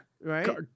Right